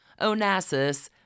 Onassis